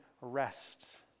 rest